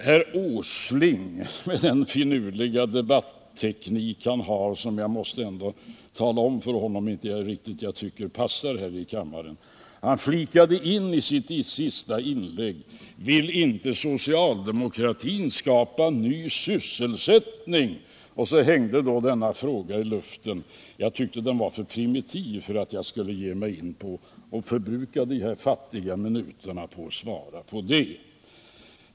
Herr Åsling inflikade i sitt senaste inlägg med den finurliga debatteknik som han har — jag tycker inte att den passar riktigt här i kammaren — en fråga: Vill inte socialdemokratin skapa ny sysselsättning? Frågan hängde i luften. Jagtyckte den var för primitiv för att jag skulle förbruka de fattiga minuter jag har till förfogande genom att svara på den.